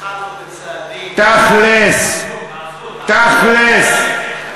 התחלנו בצעדים, תכל'ס, תכל'ס.